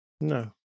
No